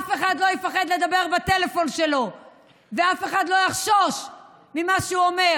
אף אחד לא יפחד לדבר בטלפון שלו ואף אחד לא יחשוש ממה שהוא אומר.